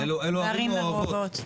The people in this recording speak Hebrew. אלו ערים מעורבות.